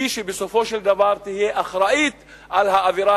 היא שבסופו של דבר תהיה אחראית לאווירה